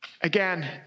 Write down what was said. Again